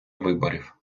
виборів